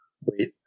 wait